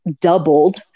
doubled